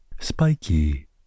Spiky